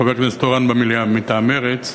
חבר כנסת תורן במליאה מטעם מרצ,